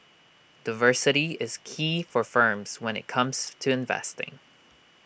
diversity is key for firms when IT comes to investing